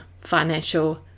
financial